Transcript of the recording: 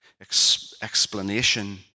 explanation